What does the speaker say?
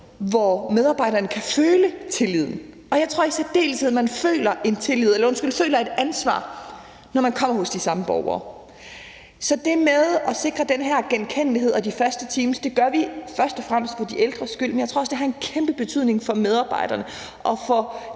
hvor medarbejderen kan føle tilliden, og jeg tror i særdeleshed, man føler et ansvar, når man kommer hos de samme borgere. Så det med at sikre den her genkendelighed og de faste teams gør vi først og fremmest for de ældres skyld, men jeg tror også, det har en kæmpe betydning for medarbejderne og for